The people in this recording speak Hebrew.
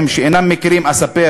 מכם, שאינם מכירים, אספר